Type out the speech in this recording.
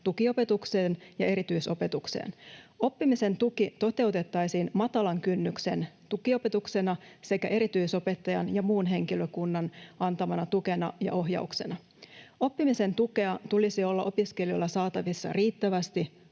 tukiopetukseen ja erityisopetukseen. Oppimisen tuki toteutettaisiin matalan kynnyksen tukiopetuksena sekä erityisopettajan ja muun henkilökunnan antamana tukena ja ohjauksena. Oppimisen tukea tulisi olla opiskelijoilla saatavissa riittävästi,